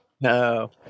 No